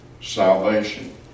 salvation